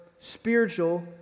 spiritual